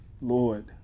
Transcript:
Lord